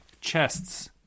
chests